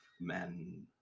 men